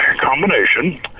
combination